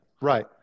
Right